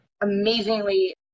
amazingly